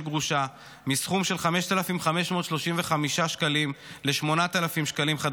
גרושה מסכום של 5,553 שקלים ל-8,000 שקלים,